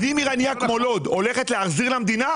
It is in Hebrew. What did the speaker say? אם עיר ענייה כמו לוד הולכת להחזיר למדינה,